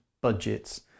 budgets